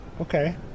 Okay